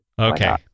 Okay